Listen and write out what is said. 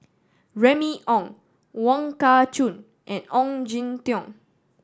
Remy Ong Wong Kah Chun and Ong Jin Teong